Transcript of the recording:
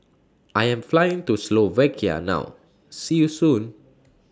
I Am Flying to Slovakia now See YOU Soon